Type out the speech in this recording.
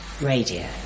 radio